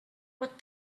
what